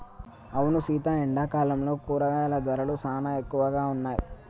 అవును సీత ఎండాకాలంలో కూరగాయల ధరలు సానా ఎక్కువగా ఉన్నాయి